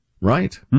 Right